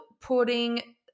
putting